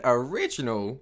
original